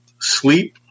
sleep